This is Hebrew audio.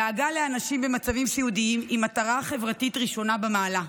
דאגה לאנשים במצבים סיעודיים היא מטרה חברתית ראשונה במעלה.